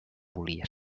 volia